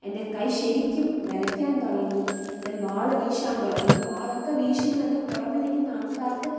എൻ്റെ കൈ ശരിക്കും വിറയ്ക്കാൻ തുടങ്ങി ഞാൻ വാളു വീശാൻ തുടങ്ങി വാളൊക്കെ വീശുന്നത് പുറമേ നിൽക്കുന്ന ആൾക്കാർക്ക്